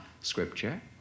scripture